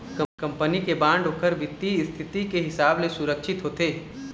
company के bond ओखर बित्तीय इस्थिति के हिसाब ले सुरक्छित होथे